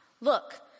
Look